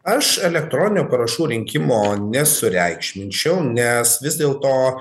aš elektroninių parašų rinkimo nesureikšminčiau nes vis dėl to